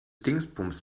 dingsbums